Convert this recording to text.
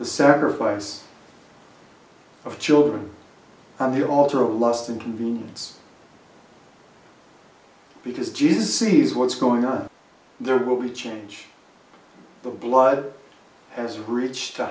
the sacrifice of children on the altar of lust and convenience because jesus sees what's going on there will be change the blood has reached